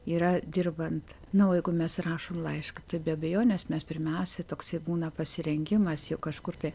yra dirbant na o jeigu mes rašom laišką tai be abejonės mes pirmiausia toksai būna pasirengimas juk kažkur tai